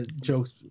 Jokes